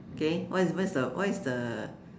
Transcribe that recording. K what is the what is the what is the